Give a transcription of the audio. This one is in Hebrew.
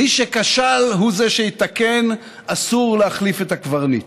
מי שכשל הוא זה שיתקן, אסור להחליף את הקברניט.